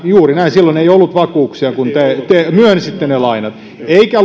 juuri näin silloin ei ollut vakuuksia kun te myönsitte ne lainat eikä